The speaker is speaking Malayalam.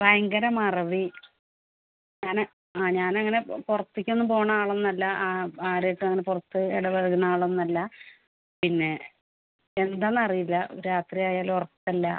ഭയങ്കര മറവി ഞാൻ ആ ഞാൻ അങ്ങനെ പുറത്തേക്കൊന്നും പോകുന്ന ആളൊന്നും അല്ല ആരായിട്ടും അങ്ങനെ പുറത്ത് ഇടപഴകുന്ന ആളൊന്നുമല്ല പിന്നെ എന്താണെന്ന് അറിയില്ല രാത്രി ആയാൽ ഉറക്കമില്ല